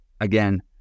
again